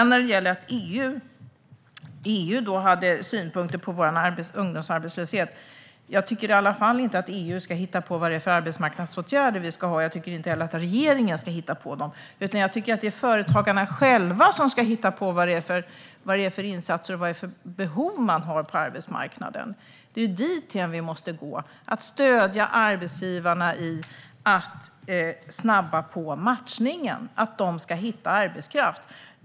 När det gäller att EU hade synpunkter på Sveriges ungdomsarbetslöshet tycker jag i alla fall inte att EU ska hitta på vilka arbetsmarknadsåtgärder vi ska ha, och jag tycker inte heller att regeringen ska hitta på dem. Jag tycker att det är företagarna själva som ska hitta vilka insatser som ska till för de behov man har på arbetsmarknaden. Det är dithän vi måste gå: att stödja arbetsgivarna i att snabba på matchningen så att de kan hitta arbetskraft.